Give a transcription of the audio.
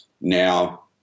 now